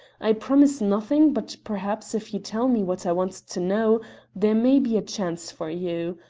i promise nothing, but perhaps if you tell me what i want to know there may be a chance for you.